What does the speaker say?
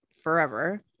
forever